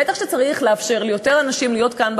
בטח שצריך לאפשר ליותר אנשים להיות כאן,